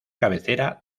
cabecera